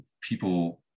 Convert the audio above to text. people